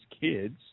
kids